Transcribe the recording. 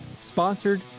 sponsored